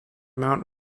mount